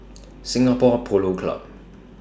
Singapore Polo Club